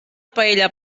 paella